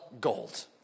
gold